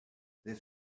this